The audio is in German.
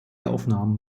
aufnahmen